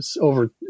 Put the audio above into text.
over